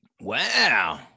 Wow